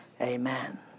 Amen